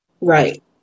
Right